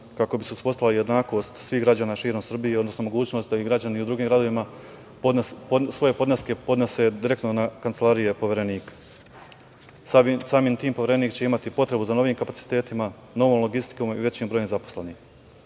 kako bi se uspostavila jednakost svih građana širom Srbije, odnosno mogućnost da i građani u drugim gradovima svoje podneske podnose direktno na kancelarije Poverenika. Samim tim Poverenik će imati potrebu za novijim kapacitetima, novom logistikom i većim brojem zaposlenik. Kao